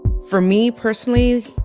for me personally,